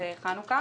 בחנוכה